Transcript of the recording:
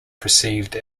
perceived